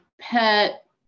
pet